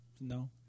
No